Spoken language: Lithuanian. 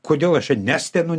kodėl aš čia nestenu